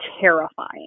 terrifying